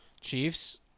Chiefs